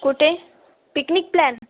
कुठे picnic plan